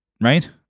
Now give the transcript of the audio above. right